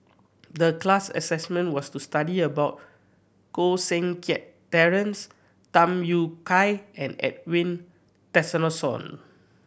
the class assessment was to study about Koh Seng Kiat Terence Tham Yui Kai and Edwin Tessensohn